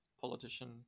politician